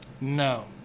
no